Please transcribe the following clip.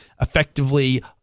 effectively